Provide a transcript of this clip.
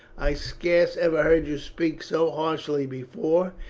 i scarce ever heard you speak so harshly before,